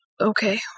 Okay